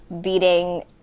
beating